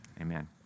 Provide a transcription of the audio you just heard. Amen